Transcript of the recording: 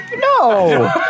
No